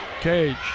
Cage